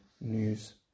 news